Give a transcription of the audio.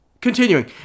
Continuing